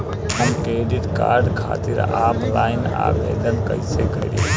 हम credit card खातिर offline आवेदन कइसे करि?